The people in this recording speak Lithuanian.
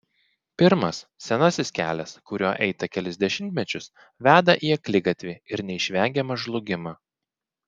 pirmas senasis kelias kuriuo eita kelis dešimtmečius veda į akligatvį ir neišvengiamą žlugimą